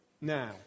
now